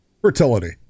fertility